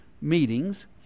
meetings